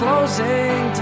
Closing